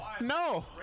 No